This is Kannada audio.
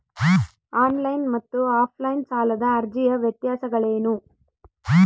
ಆನ್ ಲೈನ್ ಮತ್ತು ಆಫ್ ಲೈನ್ ಸಾಲದ ಅರ್ಜಿಯ ವ್ಯತ್ಯಾಸಗಳೇನು?